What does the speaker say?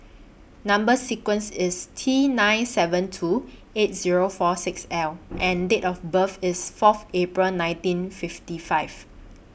Number sequence IS T nine seven two eight Zero four six L and Date of birth IS Fourth April nineteen fifty five